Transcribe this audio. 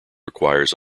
requires